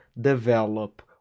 develop